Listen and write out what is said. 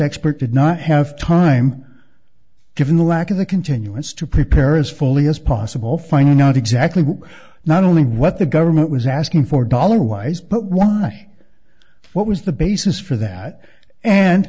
expert did not have time given the lack of the continuance to prepare as fully as possible finding out exactly who not only what the government was asking for dollar wise but why what was the basis for that and